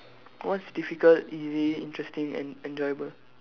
what's difficult easy interesting and enjoyable